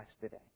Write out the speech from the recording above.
today